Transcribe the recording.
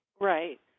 Right